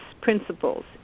Principles